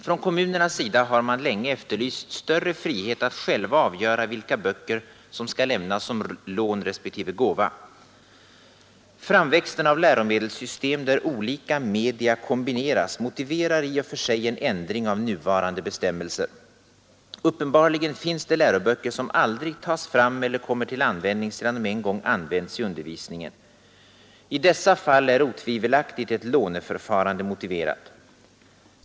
Från kommunernas sida har man länge efterlyst större frihet att själva avgöra vilka böcker som skall lämnas som lån respektive gåva. Framväxten av läromedelssystem, där olika media kombineras, motiverar i och för sig en ändring av nuvarande bestämmelser. Uppenbarligen finns det läroböcker som aldrig tas fram eller kommer till användning sedan de en gång nyttjats i undervisningen. I dessa fall är otvivelaktigt ett låneförfarande motiverat.